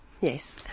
Yes